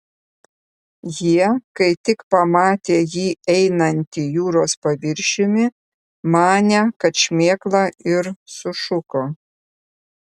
jie kai tik pamatė jį einantį jūros paviršiumi manė kad šmėkla ir sušuko